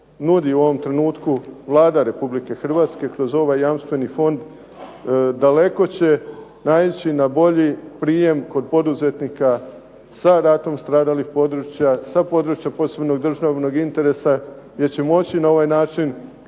nudi u ovom trenutku Vlada Republike Hrvatske kroz ovaj jamstveni fond daleko će naići na bolji prijem kod poduzetnika sa ratom stradalih područja, sa područja posebnog državnog interesa jer će moći na ovaj način